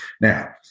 now